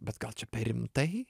bet gal čia per rimtai